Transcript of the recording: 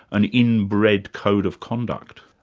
an inbred code of conduct?